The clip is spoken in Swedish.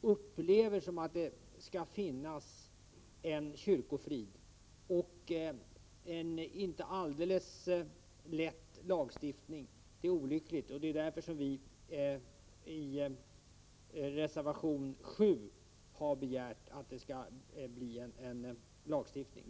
upplever som att det skulle finnas en kyrkofrid och en inte alldeles lätt lagstiftning olycklig. Därför har vi i reservation 7 begärt en lagstiftning.